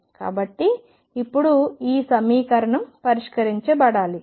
కాబట్టి ఇప్పుడు ఈ సమీకరణం పరిష్కరించబడాలి